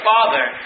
Father